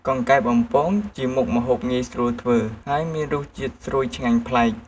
កង្កែបបំពង ជាមុខម្ហូបងាយស្រួលធ្វើ និងមានរសជាតិស្រួយឆ្ងាញ់ប្លែក។